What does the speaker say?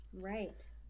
right